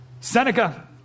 Seneca